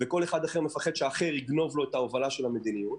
וכל אחד מפחד שהאחר יגנוב לו את ההובלה של המדיניות,